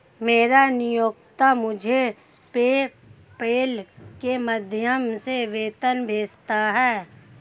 मेरा नियोक्ता मुझे पेपैल के माध्यम से वेतन भेजता है